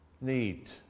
need